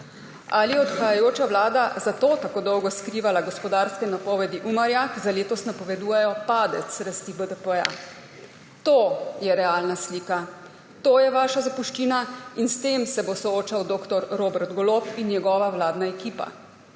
Ali je odhajajoča vlada zato tako dolgo skrivala gospodarske napovedi Umarja, ki za letos napovedujejo padec rasti BDP? To je realna slika, to je vaša zapuščina in s tem se bodo soočali dr. Robert Golob in njegova vladna ekipa,